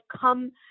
come